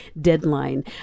deadline